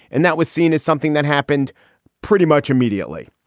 and that was seen as something that happened pretty much immediately.